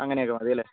അങ്ങനെയൊക്കെ മതിയല്ലേ